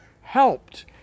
helped